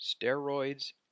steroids